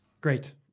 Great